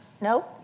no